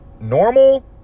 normal